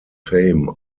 fame